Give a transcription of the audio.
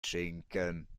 schinken